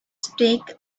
streak